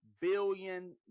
billion